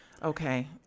Okay